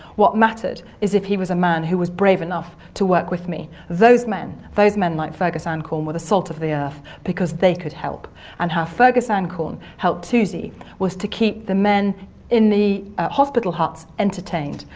what mattered is if he was a man who was brave enough to work with me. those men, those men like fergus ancorn were the salt of the earth because they could help and how fergus ancorn helped toosey was to keep the men in the hospital huts entertained.